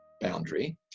boundary